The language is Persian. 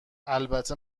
البته